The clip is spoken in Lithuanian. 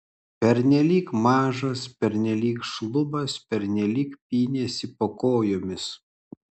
pernelyg mažas pernelyg šlubas pernelyg pynėsi po kojomis